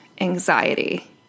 anxiety